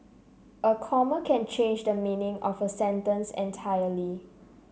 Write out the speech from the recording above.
a comma can change the meaning of a sentence entirely